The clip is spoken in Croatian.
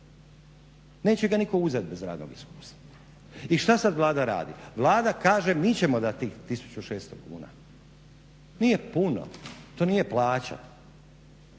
Neće ga nitko uzeti bez radnog iskustva. I šta sada Vlada radi? Vlada kaže mi ćemo dati 1600 kuna. Nije puno, to nije plaća,